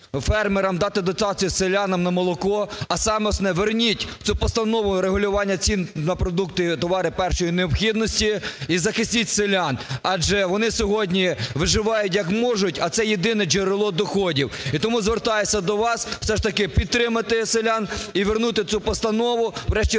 фермерам, дати дотації селянам на молоко, а саме основне – верніть цю Постанову регулювання цін на продукти, товари першої необхідності і захистіть селян, адже вони сьогодні виживають, як можуть, а це єдине джерело доходів. Тому звертаюся до вас все ж таки підтримати селян і вернути цю постанову